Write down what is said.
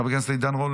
חבר הכנסת עידן רול,